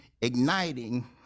igniting